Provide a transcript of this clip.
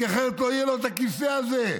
כי אחרת לא יהיה לו את הכיסא הזה.